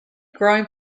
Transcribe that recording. growing